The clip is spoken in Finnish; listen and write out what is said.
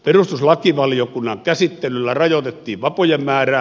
perustuslakivaliokunnan käsittelyllä rajoitettiin vapojen määrää